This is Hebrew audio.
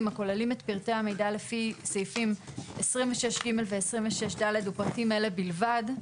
הכוללים את פרטי המידע לפי סעיפים 26(ג) ו-26(ד) ופרטים אלה בלבד.